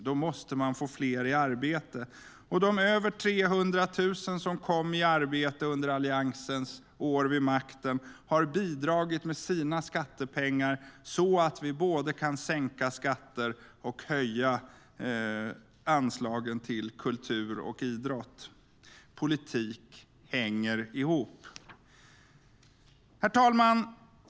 Då måste man få fler i arbete. De över 300 000 som kom i arbete under Alliansens år vid makten har bidragit med sina skattepengar, så att vi kan både sänka skatterna och höja anslagen till kultur och idrott. Politik hänger ihop. Herr talman!